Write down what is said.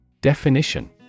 Definition